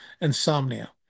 Insomnia